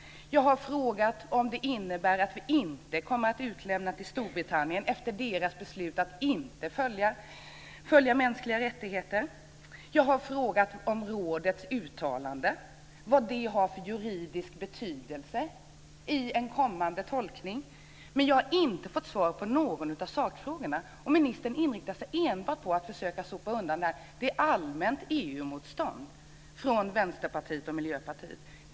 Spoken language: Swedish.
Jag har frågat om det innebär att vi inte kommer att utlämna till Storbritannien efter deras beslut att inte följa mänskliga rättigheter. Jag har frågat om rådets uttalande och vad det har för juridisk betydelse i en kommande tolkning. Men jag har inte fått svar på någon av sakfrågorna. Ministern inriktar sig enbart på att försöka sopa undan detta med att det är allmänt EU-motstånd från Vänsterpartiet och Miljöpartiet.